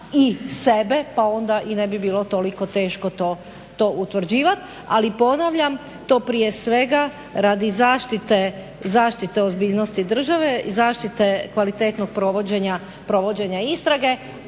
i sebe pa onda i ne bi bilo toliko teško to utvrđivat. Ali ponavljam, to prije svega radi zaštite ozbiljnosti države, zaštite kvalitetnog provođenja istrage,